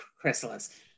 chrysalis